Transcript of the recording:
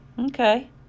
Okay